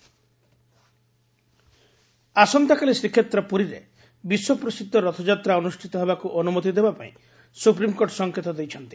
SC Rathayatra ଆସନ୍ତାକାଲି ଶ୍ରୀକ୍ଷେତ୍ର ପୁରୀରେ ବିଶ୍ୱପ୍ରସିଦ୍ଧ ରଥାଯାତ୍ରା ଅନ୍ରଷ୍ଣିତ ହେବାକୁ ଅନୁମତି ଦେବାପାଇଁ ସୁପ୍ରିମ୍କୋର୍ଟ ସଙ୍କେତ ଦେଇଛନ୍ତି